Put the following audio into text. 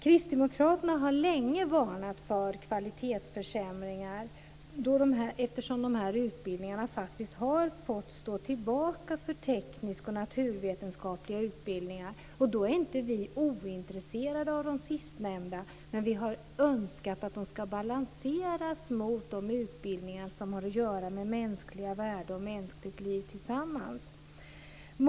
Kristdemokraterna har länge varnat för kvalitetsförsämringar eftersom de här utbildningarna har fått stå tillbaka för tekniska och naturvetenskapliga utbildningar. Då är inte vi ointresserade av de sistnämnda, men vi har önskat att de ska balanseras mot de utbildningar som har att göra med mänskliga värden och mänskligt liv tillsammans.